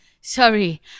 sorry